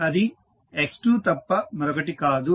అది x2 తప్ప మరొకటి కాదు